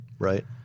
Right